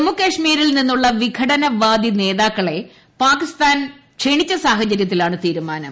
ജമ്മുകശ്മീരിൽ നിന്നുള്ള വിഘടനവാദി നേതാക്കളെ പാകിസ്ഥാൻ ക്ഷണിച്ച സാഹചരൃത്തിലാണ് തീരുമാനം